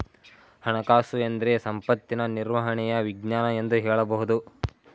ಹಣಕಾಸುಎಂದ್ರೆ ಸಂಪತ್ತಿನ ನಿರ್ವಹಣೆಯ ವಿಜ್ಞಾನ ಎಂದು ಹೇಳಬಹುದು